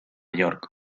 york